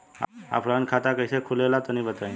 Offline खाता कइसे खुले ला तनि बताई?